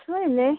আছোঁ এনেই